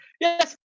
yes